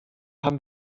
haben